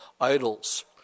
idols